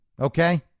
okay